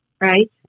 Right